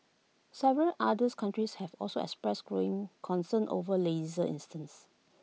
several others countries have also expressed growing concern over laser incidents